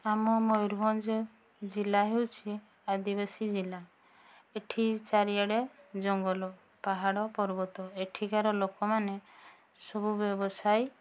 ଆମ ମୟୁରଭଞ୍ଜ ଜିଲ୍ଲା ହେଉଛି ଆଦିବାସୀ ଜିଲ୍ଲା ଏଠି ଚାରିଆଡ଼େ ଜଙ୍ଗଲ ପାହାଡ଼ ପର୍ବତ ଏଠିକାର ଲୋକମାନେ ସବୁ ବ୍ୟବସାୟୀ